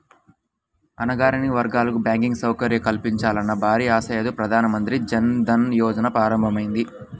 అణగారిన వర్గాలకు బ్యాంకింగ్ సౌకర్యం కల్పించాలన్న భారీ ఆశయంతో ప్రధాన మంత్రి జన్ ధన్ యోజన ప్రారంభమైంది